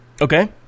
Okay